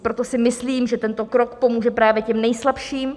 Proto si myslím, že tento krok pomůže právě těm nejslabším.